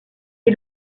est